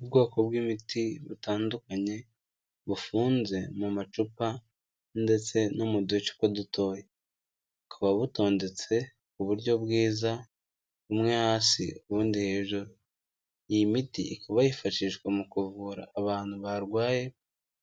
Ubwoko bw'imiti butandukanye bufunze mu macupa ndetse no mu ducupa dutoya, bukaba butondetse ku buryo bwiza bumwe hasi ubundi hejuru, iyi miti ikaba yifashishwa mu kuvura abantu barwaye